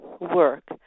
work